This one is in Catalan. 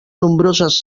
nombroses